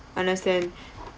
understand